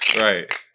Right